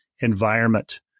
environment